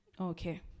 Okay